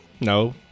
No